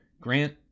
Grant